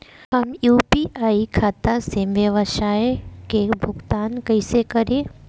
हम यू.पी.आई खाता से व्यावसाय के भुगतान कइसे करि?